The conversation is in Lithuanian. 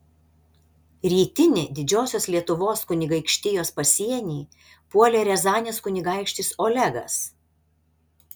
rytinį didžiosios lietuvos kunigaikštijos pasienį puolė riazanės kunigaikštis olegas